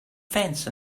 fence